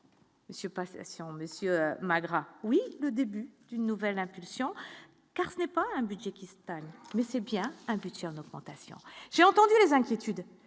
Monsieur passation monsieur oui le début d'une nouvelle impulsion, car ce n'est pas un budget qui stagne, mais c'est bien un petit ornementation j'ai entendu les inquiétudes